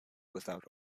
without